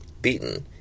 Beaten